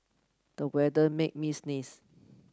the weather made me sneeze